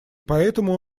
поэтому